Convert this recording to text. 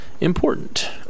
important